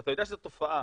אתה יודע שזו תופעה,